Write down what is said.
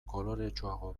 koloretsuago